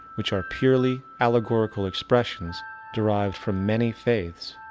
which are purely allegorical expressions derived from many faiths,